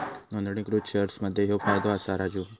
नोंदणीकृत शेअर मध्ये ह्यो फायदो असा राजू